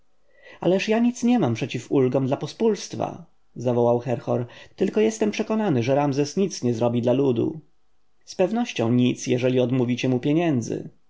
ależ ja nic nie mam przeciw ulgom dla pospólstwa zawołał herhor tylko jestem przekonany że ramzes nie zrobi nic dla ludu z pewnością nie jeżeli odmówicie mu pieniędzy